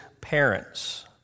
parents